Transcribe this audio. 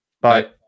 Bye